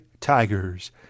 Tigers